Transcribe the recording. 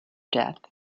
death